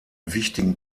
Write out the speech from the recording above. wichtigen